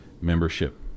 membership